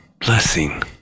blessing